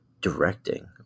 directing